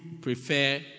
prefer